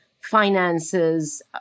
finances